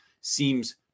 seems